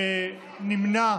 נמנעה